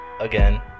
again